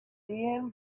thin